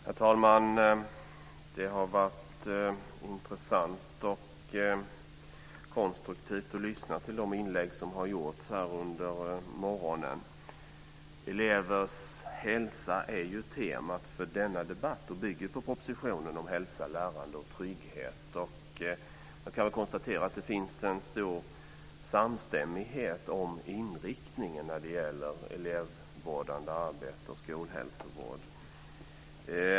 Herr talman! Det har varit intressant och konstruktivt att lyssna till de inlägg som har gjorts här under morgonen. Elevers hälsa är temat för denna debatt, som bygger på propositionen om hälsa, lärande och trygghet. Jag kan konstatera att det finns en stor samstämmighet om inriktningen när det gäller elevvårdande arbete och skolhälsovård.